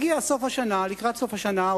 לקראת סוף השנה,